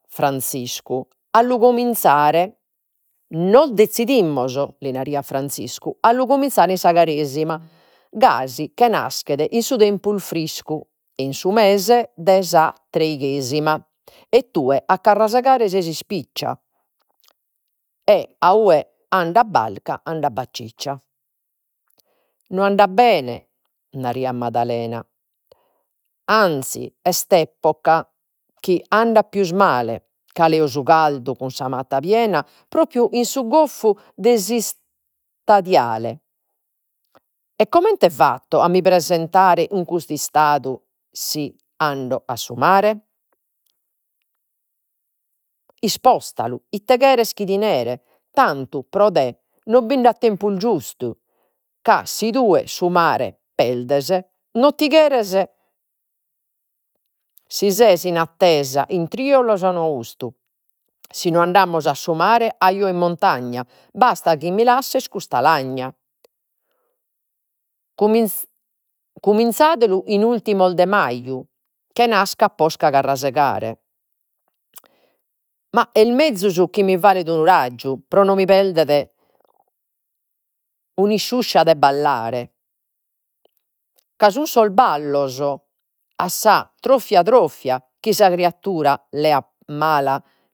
Franziscu a lu cominzare, non dezidimus, li naraiat Franziscu, a lu cominzare in sa Caresima, gasi che naschet in su tempus friscu, in su mese de sa treighesima, e tue a carrasegare ses ispiccia, e a ue andat Barca andat no andat bene naraiat Madalena, ﻿﻿anzis est epoca chi andat pius male ca leo su caldu cun sa matta piena, propriu in su goffu de e comente fatto a mi presentare in custu istadu si ando a su mare. Ispostalu, ite cheres chi ti nere, tantu pro te no bind'at tempus giustu, ca si tue su mare perdes, no ti si ses in attesa in triulas o austu, si no andamus a su mare, ajò in montagna basta chi mi lasses custa lagna. Cominzadelu in ultimos de maju che nascat posca carrasegare, ma est mezus chi mi falet unu raju pro no mi perdere una de ballare ca sun sos ballos a sa chi sa criadura mala